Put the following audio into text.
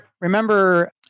Remember